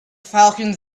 falcon